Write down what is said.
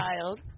child